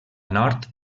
nord